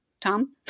Tom